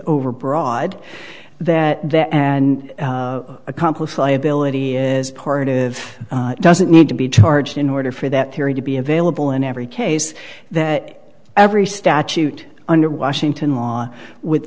overbroad that that and accomplish liability is part of doesn't need to be charged in order for that theory to be available in every case that every statute under washington